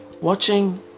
watching